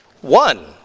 One